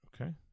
okay